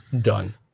Done